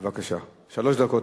בבקשה, שלוש דקות,